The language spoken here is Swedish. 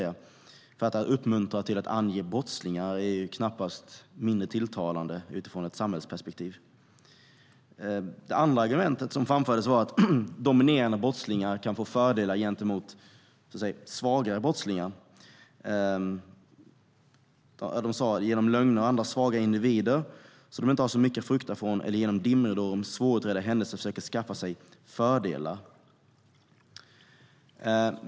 Att uppmuntra till att ange brottslingar är knappast mindre tilltalande utifrån ett samhällsperspektiv. Det andra argumentet som framfördes var att dominerande brottslingar kan få fördelar gentemot så att säga svagare brottslingar genom att med lögner om andra svagare individer, som de inte har så mycket att frukta från, eller genom dimridåer om svårutredda händelser försöka skaffa sig fördelar.